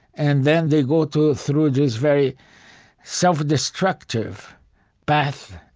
and then they go through through this very self-destructive path